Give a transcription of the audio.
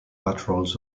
patrols